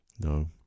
No